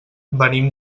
venim